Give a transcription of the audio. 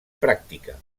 pràctica